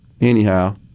Anyhow